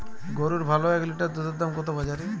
গরুর ভালো এক লিটার দুধের দাম কত বাজারে?